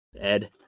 Ed